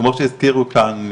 כמו שהזכירו כאן,